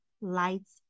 lights